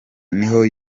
niho